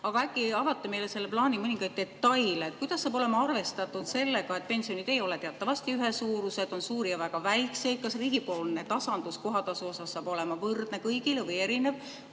aga äkki avate meile selle plaani mõningaid detaile. Kuidas saab olema arvestatud sellega, et pensionid ei ole teatavasti ühesuurused, on suuri ja väga väikseid? Kas riigipoolne tasandus kohatasu suhtes saab olema võrdne kõigile või erinev